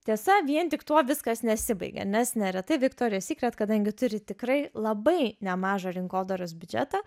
tiesa vien tik tuo viskas nesibaigia nes neretai viktorija sykret kadangi turi tikrai labai nemažą rinkodaros biudžetą